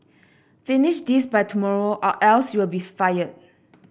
finish this by tomorrow or else you'll be fired